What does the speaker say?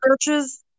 Searches